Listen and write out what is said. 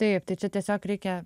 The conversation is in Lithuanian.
taip tai čia tiesiog reikia